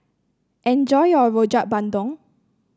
enjoy your Rojak Bandung